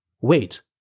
Wait